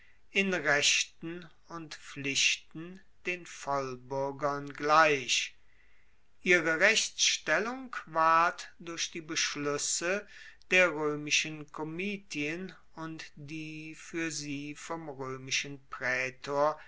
in rechten und pflichten den vollbuergern gleich ihre rechtsstellung ward durch die beschluesse der roemischen komitien und die fuer sie vom roemischen praetor